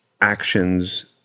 actions